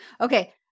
okay